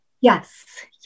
Yes